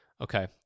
Okay